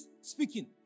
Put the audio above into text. speaking